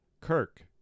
kirk